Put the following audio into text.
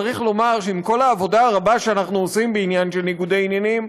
צריך לומר שעם כל העבודה הרבה שאנחנו עושים בעניין של ניגודי עניינים,